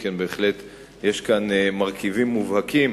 שכן בהחלט יש כאן מרכיבים מובהקים